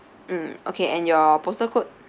mm okay and your postal code